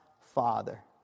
Father